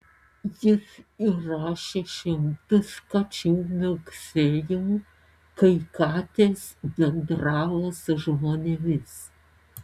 jis įrašė šimtus kačių miauksėjimų kai katės bendravo su žmonėmis